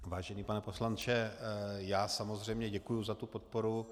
Vážený pane poslanče, já samozřejmě děkuji za podporu.